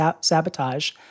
sabotage